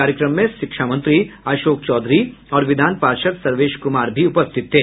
कार्यक्रम में शिक्षा मंत्री अशोक चौधरी और विधान पार्षद सर्वेश कुमार भी उपस्थित थे